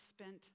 spent